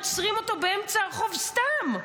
עוצרים אותו באמצע הרחוב סתם,